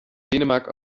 dänemark